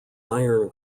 iron